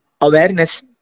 awareness